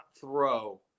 throw